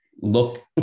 look